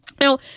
Now